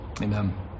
amen